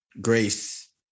grace